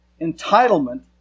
Entitlement